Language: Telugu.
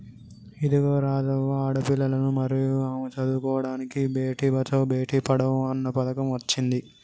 ఇదిగో రాజవ్వ ఆడపిల్లలను మరియు ఆమె చదువుకోడానికి బేటి బచావో బేటి పడావో అన్న పథకం అచ్చింది